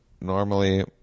normally